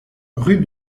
rue